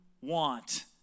want